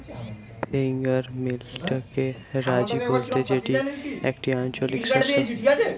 finger মিলেটকে রাজি বলতে যেটি একটি আঞ্চলিক শস্য